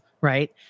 right